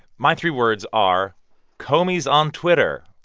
my three words are comey's on twitter.